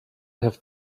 have